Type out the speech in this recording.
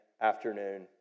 afternoon